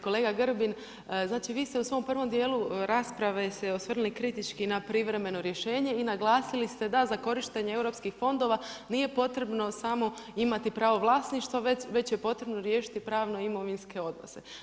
Kolega Grbin, znači vi se u svom prvom dijelu rasprave se osvrnuli kritički na privremeno rješenje i naglasili ste da za korištenje europskih fondova nije potrebno samo imati pravo vlasništva već je potrebno riješiti pravno imovinske odnose.